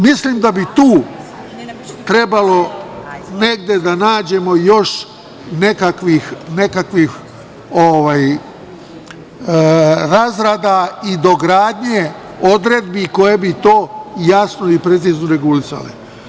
Mislim da bi tu trebalo da nađemo još nekakvih razrada i dogradnje odredbi koje bi to jasno i precizno regulisale.